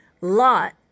Lot